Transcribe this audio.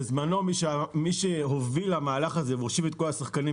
בזמנו מי שהוביל למהלך הזה והושיב את כל השחקנים